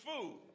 food